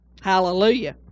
hallelujah